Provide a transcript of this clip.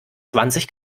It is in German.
zwanzig